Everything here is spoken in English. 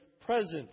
presence